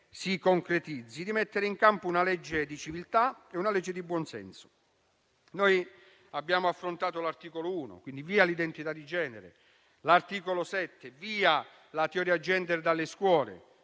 si concretizzi - di mettere in campo una legge di civiltà, una legge di buon senso. Abbiamo affrontato l'articolo 1 (via l'identità di genere), l'articolo 7 (via la teoria gender dalle scuole)